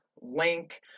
link